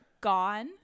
gone